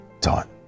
done